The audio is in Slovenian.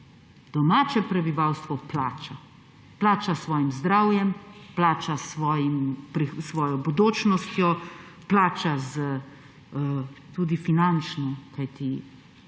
Domače prebivalstvo plača: plača s svojim zdravjem, plača s svojo bodočnostjo, plača tudi finančno, kajti